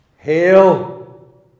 Hail